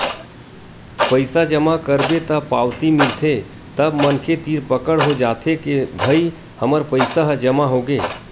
पइसा जमा करबे त पावती मिलथे तब मनखे तीर पकड़ हो जाथे के भई हमर पइसा ह जमा होगे